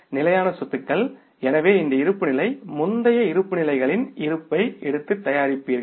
நிலையான சொத்துக்கள் எனவே இந்த இருப்புநிலை முந்தைய இருப்புநிலைகளின் இருப்பை எடுத்து தயாரிப்பீர்கள்